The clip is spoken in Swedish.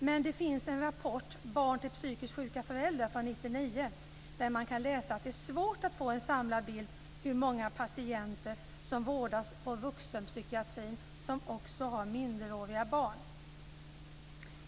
Men det finns en rapport från 1999, Barn till psykiskt sjuka föräldrar, där man kan läsa att det är svårt att få en samlad bild av hur många av de patienter som vårdas inom vuxenpsykiatrin som också har minderåriga barn.